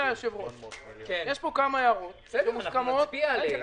אנחנו נצביע על כך.